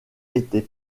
était